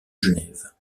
genève